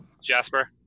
Jasper